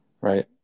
Right